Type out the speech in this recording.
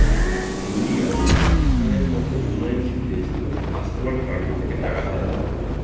India, পাকিস্তানের মত উন্নয়নশীল দেশগুলো ফার্স্ট ওয়ার্ল্ড কান্ট্রি থেকে টাকা ধার করে